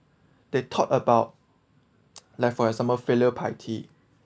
they talk about life for example filial piety